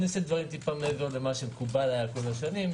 אני עושה דברים טיפה מעבר למה שהיה מקובל כל השנים,